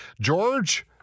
George